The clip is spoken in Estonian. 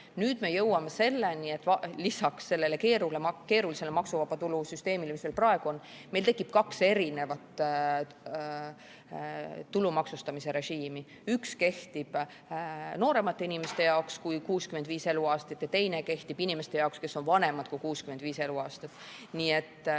Nüüd me jõuame selleni, et lisaks sellele keerulisele maksuvaba tulu süsteemile, mis meil praegu on, tekib meil kaks erinevat tulumaksustamise režiimi. Üks kehtib nooremate inimeste jaoks kui 65 eluaastat ja teine kehtib inimeste jaoks, kes on vanemad kui 65 eluaastat.